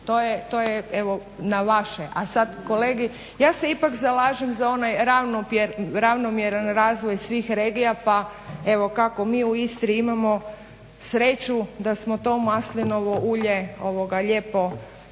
To je evo na vaše. A sad kolege ja se ipak zalažem za onaj ravnomjerni razvoj svih regija, pa evo kako mi u Istri imamo sreću da smo to maslinovo ulje lijepo